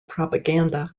propaganda